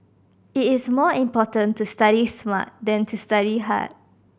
it is more important to study smart than to study hard